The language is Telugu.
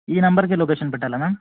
ఈ నంబర్కే లొకేషన్ పెట్టాలా మ్యామ్